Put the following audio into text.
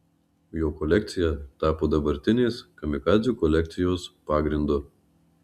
jo kolekcija tapo dabartinės kamikadzių kolekcijos pagrindu